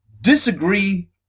disagree